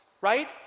right